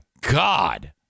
God